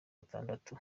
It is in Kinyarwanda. atandatu